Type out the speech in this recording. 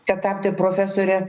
kad tapti profesore